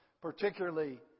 particularly